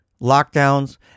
lockdowns